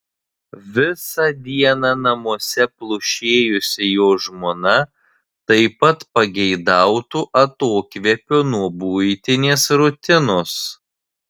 visą dieną namuose plušėjusi jo žmona taip pat pageidautų atokvėpio nuo buitinės rutinos